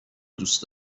دوست